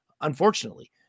unfortunately